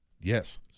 Yes